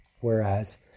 whereas